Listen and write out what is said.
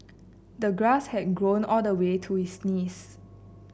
the grass had grown all the way to his knees